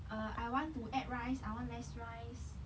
uh I want to add rice I want less rice